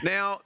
Now